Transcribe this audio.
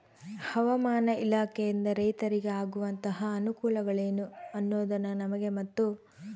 ಹವಾಮಾನ ಇಲಾಖೆಯಿಂದ ರೈತರಿಗೆ ಆಗುವಂತಹ ಅನುಕೂಲಗಳೇನು ಅನ್ನೋದನ್ನ ನಮಗೆ ಮತ್ತು?